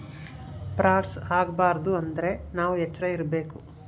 frauds ಆಗಬಾರದು ಅಂದ್ರೆ ನಾವ್ ಎಚ್ರ ಇರ್ಬೇಕು